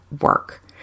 work